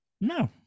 No